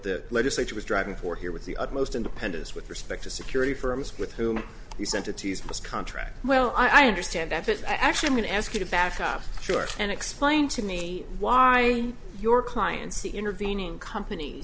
the legislature was driving for here with the utmost independence with respect to security firms with whom he sent it to use his contract well i understand that but actually i'm going to ask you to back up sure and explain to me why your clients the intervening compan